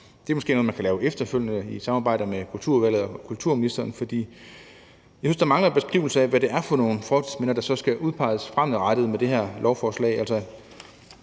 at det måske er noget, man kan lave efterfølgende i et samarbejde mellem Kulturudvalget og kulturministeren, for jeg synes, der mangler en beskrivelse af, hvad det er for nogle fortidsminder, der så skal udpeges fremadrettet med det her lovforslag.